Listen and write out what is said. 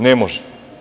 Ne može.